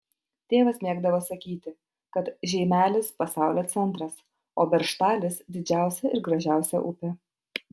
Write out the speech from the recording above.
tėvas mėgdavo sakyti kad žeimelis pasaulio centras o beržtalis didžiausia ir gražiausia upė